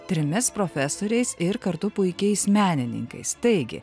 trimis profesoriais ir kartu puikiais menininkais teigi